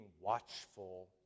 watchful